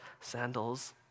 sandals